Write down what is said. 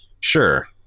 Sure